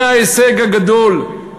זה ההישג הגדול.